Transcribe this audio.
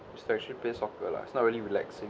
so I actually play soccer lah it's not really relaxing